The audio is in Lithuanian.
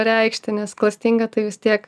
reikšti nes klastinga tai vis tiek